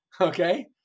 Okay